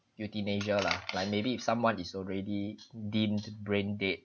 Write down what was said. euthanasia lah like maybe if someone is already deemed brain dead